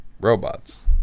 robots